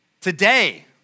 Today